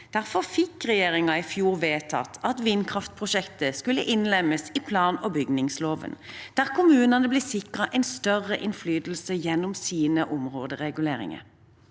Derfor fikk regjeringen i fjor vedtatt at vindkraftprosjekter skulle innlemmes i plan- og bygningsloven, der kommunene ble sikret en større innflytelse gjennom sine områdereguleringer.